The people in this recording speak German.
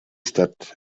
stadt